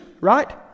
right